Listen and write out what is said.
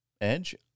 Edge